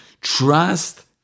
trust